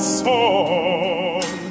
song